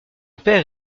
père